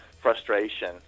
frustration